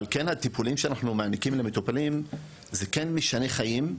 אבל כן הטיפולים שאנחנו מעניקים למטופלים זה כן משנה חיים,